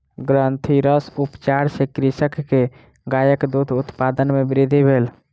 ग्रंथिरस उपचार सॅ कृषक के गायक दूध उत्पादन मे वृद्धि भेल